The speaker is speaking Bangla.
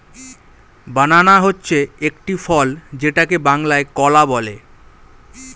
বানানা হচ্ছে একটি ফল যেটাকে বাংলায় কলা বলে